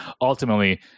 Ultimately